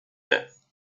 death